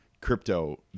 crypto